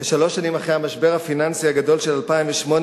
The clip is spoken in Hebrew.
ושלוש שנים אחרי המשבר הפיננסי הגדול של 2008,